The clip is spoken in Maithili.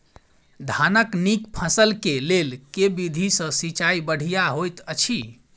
धानक नीक फसल केँ लेल केँ विधि सँ सिंचाई बढ़िया होइत अछि?